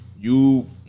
you-